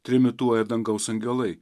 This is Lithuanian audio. trimituoja dangaus angelai